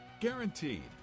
Guaranteed